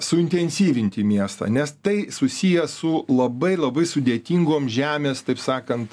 suintensyvinti miestą nes tai susiję su labai labai sudėtingom žemės taip sakant